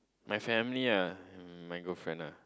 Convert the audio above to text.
my family ah my girlfriend ah